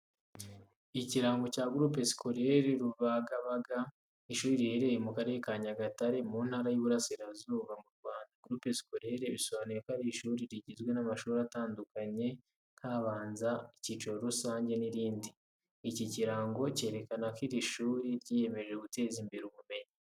Ikirango cya Groupe Scolaire Rubagabaga. Ishuri riherereye mu Karere ka Nyagatare, mu Ntara y’Iburasirazuba mu Rwanda. Groupe scolaire bisobanuye ko ari ishuri rigizwe n’amashuri atandukanye nk’abanza, icyiciro rusange, n'irindi. Iki kirango kirerekana ko ari ishuri ryiyemeje guteza imbere ubumenyi.